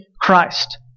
Christ